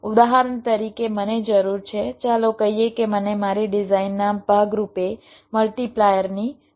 ઉદાહરણ તરીકે મને જરૂર છે ચાલો કહીએ કે મને મારી ડિઝાઇનના ભાગ રૂપે મલ્ટીપ્લાયર ની જરૂર છે